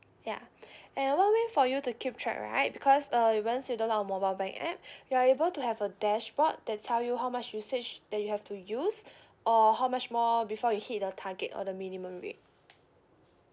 ya and one way for you to keep track right because uh once you download our mobile bank app you are able to have a dashboard that tell you how much usage that you have to use or how much more before you hit the target or the minimum rate